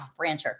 Brancher